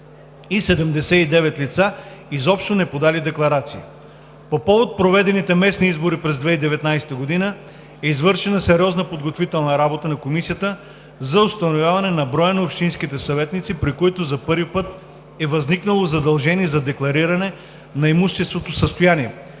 и 79 лица, изобщо неподали декларации. По повод проведените местни избори през 2019 г. е извършена сериозна подготвителна работа на Комисията за установяване на броя на общинските съветници, при които за първи път е възникнало задължение за деклариране на имущественото състояние,